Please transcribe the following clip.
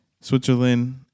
Switzerland